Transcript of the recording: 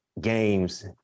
games